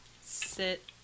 sit